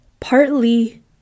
partly